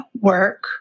work